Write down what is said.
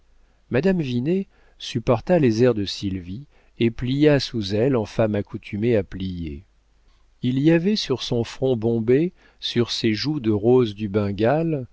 madame vinet supporta les airs de sylvie et plia sous elle en femme accoutumée à plier il y avait sur son front bombé sur ses joues de rose du bengale